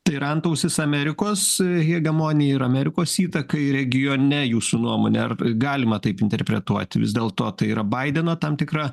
tai yra antausis amerikos hegemonijai ir amerikos įtakai regione jūsų nuomone ar galima taip interpretuot vis dėlto tai yra baideno tam tikra